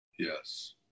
Yes